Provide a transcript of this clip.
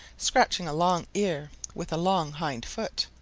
scratching a long ear with a long hind foot.